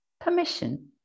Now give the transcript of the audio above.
permission